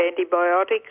antibiotics